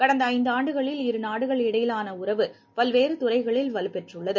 கடந்த ஐந்து ஆண்டுகளில் இரு நாடுகளுக்கிடையிலான உறவு பல்வேறு துறைகளில் வலுப்பெற்றுள்ளது